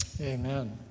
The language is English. Amen